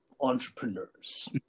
entrepreneurs